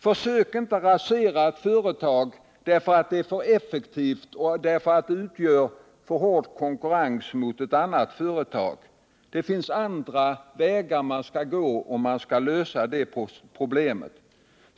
Försök inte rasera ett företag, därför att det är för effektivt och därför att det utgör för hård konkurrens mot ett annat företag. Det finns andra vägar att gå om man skall lösa det problemet.